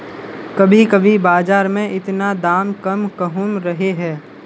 कभी कभी बाजार में इतना दाम कम कहुम रहे है?